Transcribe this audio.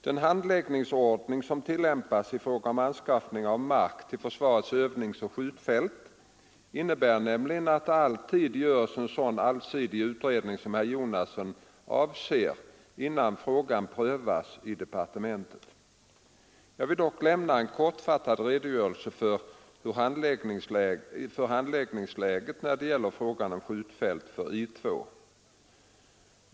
Den handläggningsordning som tillämpas i frågor om anskaffning av mark till försvarets övningsoch skjutfält innebär nämligen att det alltid görs en sådan allsidig utredning som herr Jonasson avser innan frågan prövas i departementet. Jag vill dock lämna en kortfattad redogörelse för handläggningsläget när det gäller frågan om skjutfält för I 2.